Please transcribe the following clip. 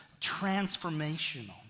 transformational